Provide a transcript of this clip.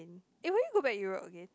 eh when you go back Europe again